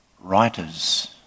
writers